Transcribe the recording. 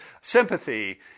sympathy